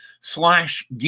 slash